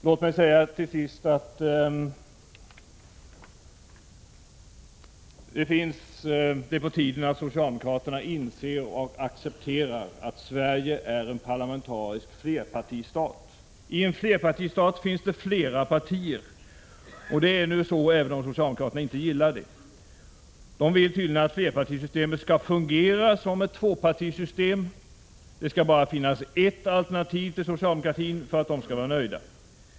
Låt mig sedan säga att det är på tiden att socialdemokraterna inser och accepterar att Sverige är en parlamentarisk flerpartistat. I en flerpartistat finns det flera partier. Det är nu så, även om socialdemokraterna inte gillar det. De vill tydligen att flerpartisystemet skall fungera som ett tvåpartisystem; det skall bara finnas ett alternativ till socialdemokratin för att de skall vara nöjda.